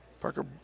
Parker